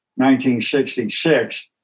1966